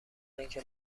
اینکه